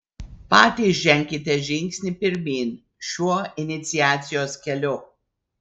patys ženkite žingsnį pirmyn šiuo iniciacijos keliu